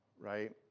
right